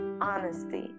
Honesty